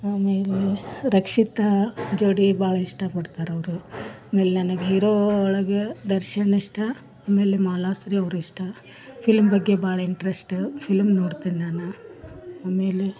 ಆಮೇಲೆ ರಕ್ಷಿತಾ ಜೊಡಿ ಭಾಳ ಇಷ್ಟಪಡ್ತಾರವರು ಆಮೇಲೆ ನನಗೆ ಹೀರೋ ಒಳಗೆ ದರ್ಶನ್ ಇಷ್ಟ ಆಮೇಲೆ ಮಾಲಾಶ್ರೀಯವ್ರು ಇಷ್ಟ ಫಿಲ್ಮ್ ಬಗ್ಗೆ ಭಾಳ ಇಂಟ್ರೆಶ್ಟ ಫಿಲ್ಮ್ ನೋಡ್ತೀನಿ ನಾನು ಆಮೇಲೆ